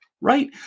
right